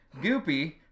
Goopy